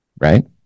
right